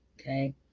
Okay